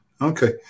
Okay